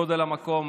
גודל המקום,